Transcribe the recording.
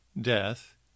death